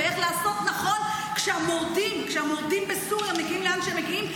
ואיך לעשות נכון כשהמורדים בסוריה מגיעים לאן שהם מגיעים,